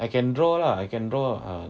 I can draw lah I can draw ah